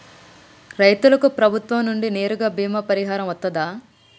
రైతులకు ప్రభుత్వం నుండి నేరుగా బీమా పరిహారం వత్తదా?